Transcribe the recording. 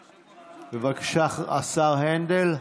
בבקשה, השר הנדל.